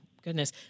Goodness